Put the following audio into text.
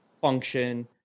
function